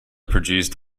produced